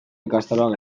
ikastaroak